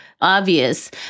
obvious